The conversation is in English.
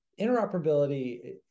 interoperability